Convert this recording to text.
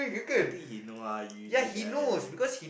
I think he know ah you usually there